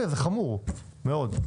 בסדר, זה חמור מאוד.